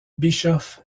bischoff